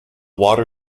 water